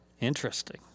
Interesting